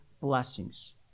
blessings